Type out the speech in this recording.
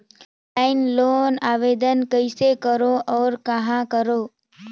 Offline loan आवेदन कइसे करो और कहाँ करो?